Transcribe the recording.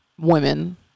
women